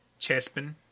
Chespin